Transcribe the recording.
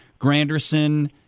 Granderson